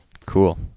Cool